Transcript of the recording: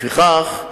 לפיכך,